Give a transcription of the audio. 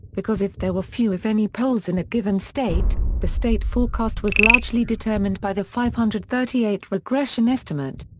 because if there were few if any polls in a given state, the state forecast was largely determined by the five hundred and thirty eight regression estimate.